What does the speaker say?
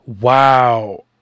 wow